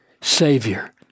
Savior